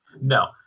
no